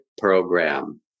program